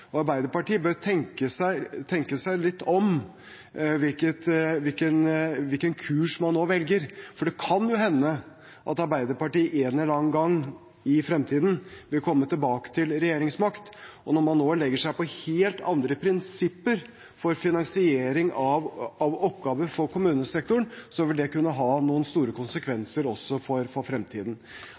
Arbeiderpartiet bør tenke seg litt om om hvilken kurs man nå velger. Det kan hende at Arbeiderpartiet, en eller annen gang i fremtiden, vil komme tilbake til regjeringsmakt. Når man nå legger seg på helt andre prinsipper for finansiering av oppgaver for kommunesektoren, vil det kunne ha noen store konsekvenser, også for fremtiden. Da Arbeiderpartiet, Senterpartiet og SV satt i regjeringskontorene, gikk de inn for